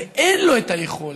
ואין לו יכולת,